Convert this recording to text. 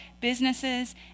businesses